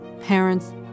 parents